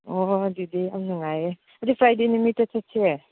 ꯑꯣ ꯑꯗꯨꯗꯤ ꯌꯥꯝ ꯅꯨꯡꯉꯥꯏꯔꯦ ꯑꯗꯨ ꯐ꯭ꯔꯥꯏꯗꯦ ꯅꯨꯃꯤꯠꯇ ꯆꯠꯁꯦ